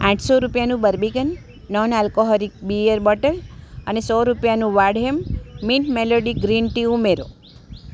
આઠસો રૂપિયાનું Barbican non alcoholic beer bottle અને સો રૂપિયાનું વાડહેમ મિન્ટ મેલોડી ગ્રીન ટી ઉમેરો